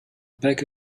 beg